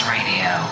Radio